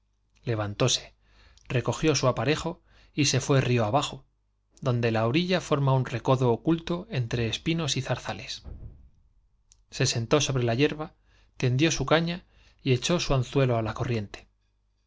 levantóse recogió su aparejo y se fué río donde la orilla forma recodo oculto abajo un entre espinos y zarzales se sentó sobre la hierba tendió su caña y echó su anzuelo á la corriente